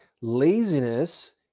Laziness